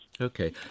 okay